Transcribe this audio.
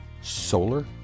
Solar